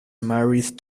married